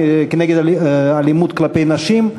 למאבק באלימות כלפי נשים,